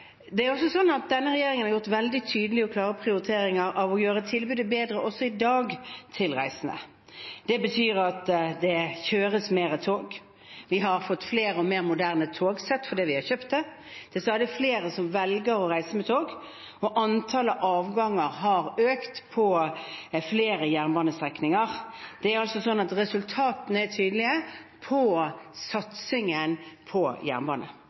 Det er også sånn at denne regjeringen har gjort veldig tydelige og klare prioriteringer om å gjøre tilbudet i dag bedre for de reisende. Det betyr at det kjøres mer tog, vi har fått flere og mer moderne togsett fordi vi har kjøpt det, det er stadig flere som velger å reise med tog, og antallet avganger har økt på flere jernbanestrekninger. Resultatene er tydelige når det gjelder satsingen på jernbane.